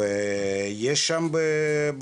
ויהיה בשתן.